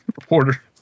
reporter